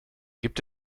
gibt